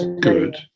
good